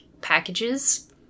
packages